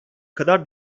kadar